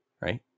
right